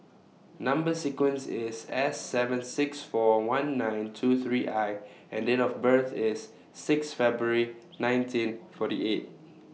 Number sequence IS S seven six four one nine two three I and Date of birth IS six February nineteen forty eight